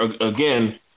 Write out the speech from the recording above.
again